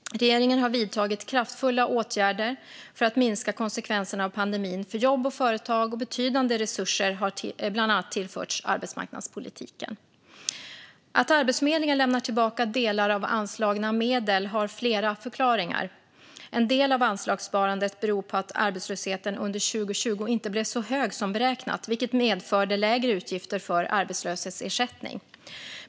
Regeringen har vidtagit kraftfulla åtgärder för att minska konsekvenserna av pandemin för jobb och företag, och betydande resurser har bland annat tillförts arbetsmarknadspolitiken. Att Arbetsförmedlingen lämnar tillbaka delar av anslagna medel har flera förklaringar. En del av anslagssparandet beror på att arbetslösheten under 2020 inte blev så hög som beräknat, vilket medförde lägre utgifter för arbetslöshetsersättning.